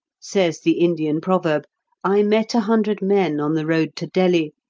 says the indian proverb i met a hundred men on the road to delhi,